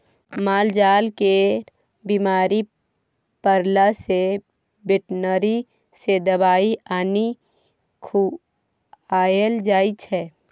मालजाल केर बीमार परला सँ बेटनरी सँ दबाइ आनि खुआएल जाइ छै